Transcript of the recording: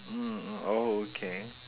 mm mm oh okay